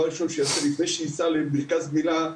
הראשון שהוא יעשה לפני שייסע למרכז גמילה,